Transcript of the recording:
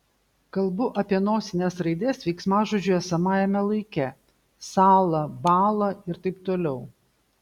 kalbu apie nosines raides veiksmažodžių esamajame laike sąla bąla ir taip toliau